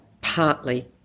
partly